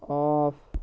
off